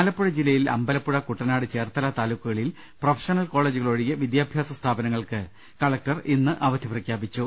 ആലപ്പുഴ ജില്ലയിൽ അമ്പലപ്പുഴ കുട്ടനാട് ചേർത്തല താലൂക്കുകളിൽ പ്രൊഫഷണൽ കോളേജുകൾ ഒഴികെ വിദ്യാ ഭ്യാസ സ്ഥാപനങ്ങൾക്ക് കലക്ടർ ഇന്ന് അവധി പ്രഖ്യാപിച്ചു